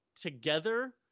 together